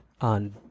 on